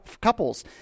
couples